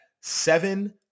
seven